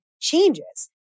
changes